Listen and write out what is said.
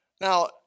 Now